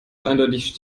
eindeutig